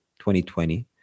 2020